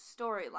storyline